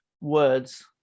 words